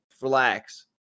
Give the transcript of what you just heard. relax